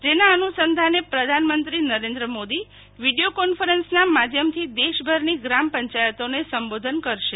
જેના અનુસંધાને પ્રધાનમંત્રી નરેન્દ્ર મોદી વિડીયો કોન્ફરન્સના માધ્યમથી દેશભરની ગ્રામ પંચાયતોને સંબોધન કરશે